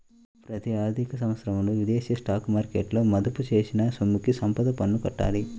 ప్రతి ఆర్థిక సంవత్సరంలో విదేశీ స్టాక్ మార్కెట్లలో మదుపు చేసిన సొమ్ముకి సంపద పన్ను కట్టాలి